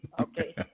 Okay